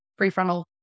prefrontal